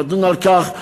נדון על כך,